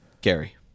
Gary